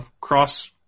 cross